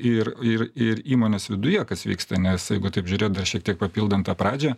ir ir ir įmonės viduje kas vyksta nes jeigu taip žiūrėt dar šiek tiek papildant tą pradžią